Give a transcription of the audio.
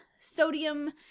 sodium